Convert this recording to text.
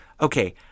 okay